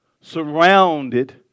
surrounded